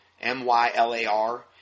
M-Y-L-A-R